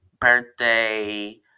birthday